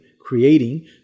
creating